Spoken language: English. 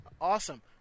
Awesome